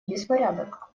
беспорядок